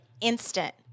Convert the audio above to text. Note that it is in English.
instant